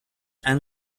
and